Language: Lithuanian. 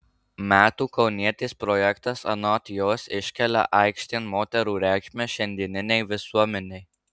metų kaunietės projektas anot jos iškelia aikštėn moterų reikšmę šiandieninei visuomenei